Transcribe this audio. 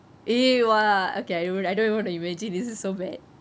eh !wah! okay I I don't even want to imagine this is so bad